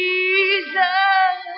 Jesus